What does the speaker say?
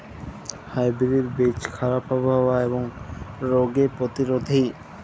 hybrid বীজ খারাপ আবহাওয়া এবং রোগে প্রতিরোধী